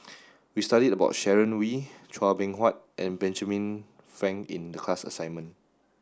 we studied about Sharon Wee Chua Beng Huat and Benjamin Frank in the class assignment